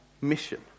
mission